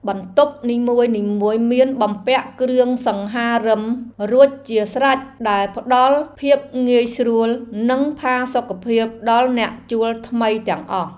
បន្ទប់នីមួយៗមានបំពាក់គ្រឿងសង្ហារិមរួចជាស្រេចដែលផ្តល់ភាពងាយស្រួល និងផាសុកភាពដល់អ្នកជួលថ្មីទាំងអស់។